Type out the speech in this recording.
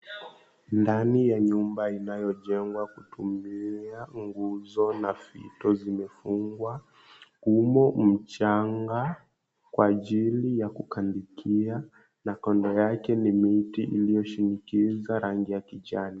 Ndani ya nyumba inayojengwa kutumia nguzo na fito zimefungwa, umo mchanga kwa ajili ya kukandikia na kando yake ni miti iliyoshinikiza rangi ya kijani.